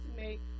make